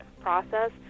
process